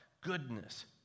goodness